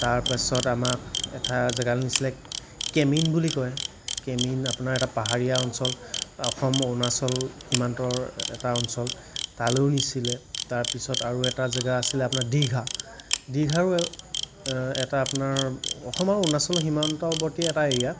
তাৰপিছত আমাক এটা জেগালৈ নিছিলে কেমিন বুলি কয় কেমিন আপোনাৰ এটা পাহাৰীয়া অঞ্চল অসম অৰুণাচল সীমান্তৰ এটা অঞ্চল তালৈও নিছিলে তাৰপিছত আৰু এটা জেগা আছিল আপোনাৰ দিঘা দিঘাৰো এটা আপোনাৰ অসম আৰু অৰুণাচলৰ সীমান্তৱৰ্তী এটা এৰিয়া